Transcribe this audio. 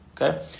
Okay